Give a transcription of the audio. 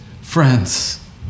friends